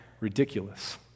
ridiculous